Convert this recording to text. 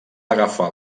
agafar